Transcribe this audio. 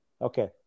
Okay